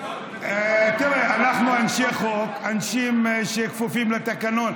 תראה, אנחנו אנשי חוק, אנשים שכפופים לתקנון.